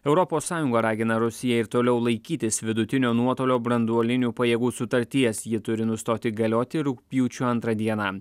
europos sąjunga ragina rusiją ir toliau laikytis vidutinio nuotolio branduolinių pajėgų sutarties ji turi nustoti galioti rugpjūčio antrą dieną